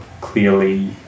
clearly